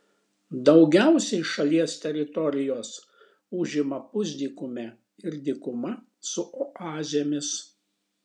daugiausiai šalies teritorijos užima pusdykumė ir dykuma su oazėmis